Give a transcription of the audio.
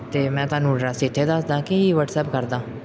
ਅਤੇ ਮੈਂ ਤੁਹਾਨੂੰ ਐਡਰੈੱਸ ਇੱਥੇ ਦੱਸਦਾ ਕਿ ਵਟਸਐਪ ਕਰਦਾਂ